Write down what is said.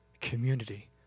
community